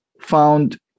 found